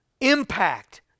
impact